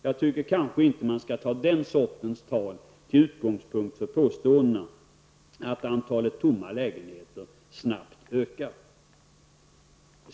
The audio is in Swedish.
Jag tycker inte att man skall ta den sortens tal till utgångspunkt för påståendet att antalet tomma lägenheter snabbt ökar.